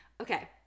Okay